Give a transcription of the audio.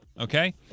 okay